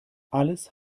alles